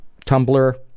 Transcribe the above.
Tumblr